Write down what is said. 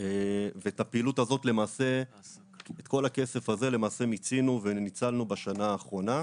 את כל הכסף הזה למעשה מיצינו וניצלנו בשנה האחרונה.